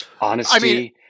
Honesty